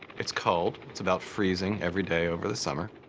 it's cold it's about freezing every day over the summer.